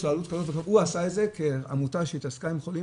הוא עשה את זה כעמותה שהתעסקה עם חולים,